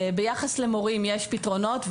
ביחס למורים יש פתרונות,